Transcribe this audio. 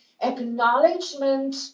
acknowledgement